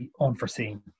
unforeseen